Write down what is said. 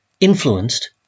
influenced